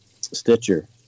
stitcher